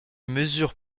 mesure